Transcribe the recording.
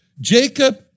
Jacob